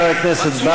חבר הכנסת בר.